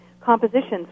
compositions